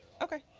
okay.